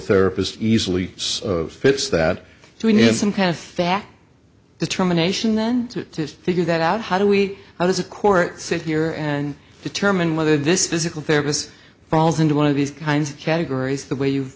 therapist easily fits that we need some kind of fact determination and to figure that out how do we how does a court sit here and determine whether this physical therapist falls into one of these kinds of categories the way you